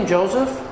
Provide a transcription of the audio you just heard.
Joseph